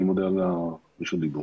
אני מודה על רשות הדיבור.